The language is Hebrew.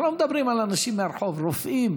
אנחנו לא מדברים על אנשים מהרחוב, רופאים.